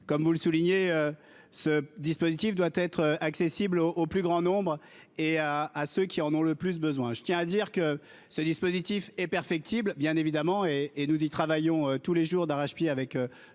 comme vous le soulignez, ce dispositif doit être accessible au au plus grand nombre et à à ceux qui en ont le plus besoin, je tiens à dire que ce dispositif est perfectible, bien évidemment et et nous y travaillons tous les jours d'arrache-pied avec l'ensemble